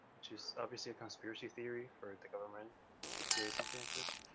which is obviously a conspiracy theory for the government to create something like this,